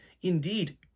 indeed